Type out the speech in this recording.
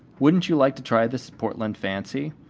wouldn't you like to try this portland fancy?